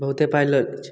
बहुते पाइ लऽ लै छै